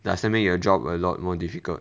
does that make your job a lot more difficult